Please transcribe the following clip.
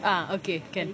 ah okay can